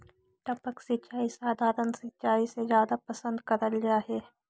टपक सिंचाई सधारण सिंचाई से जादा पसंद करल जा हे